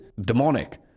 demonic